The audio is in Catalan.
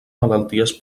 malalties